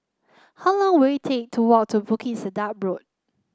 how long will it take to walk to Bukit Sedap Road